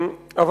אבל,